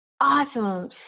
Awesome